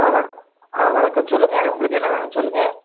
ஆ வணக் ஆ வணக்கம் சொல்லுங்க உங்களுக்கு என்ன வேணும் சொல்லுங்க